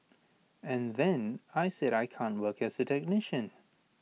and then I said I can't work as A technician